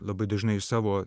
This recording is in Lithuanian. labai dažnai iš savo